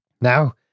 Now